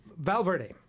Valverde